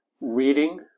reading